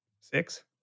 six